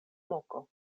moko